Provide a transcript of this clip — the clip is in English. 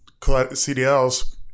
CDLs